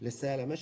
לסייע למשק.